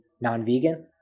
non-vegan